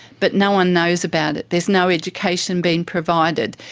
but no one knows about it, there's no education being provided,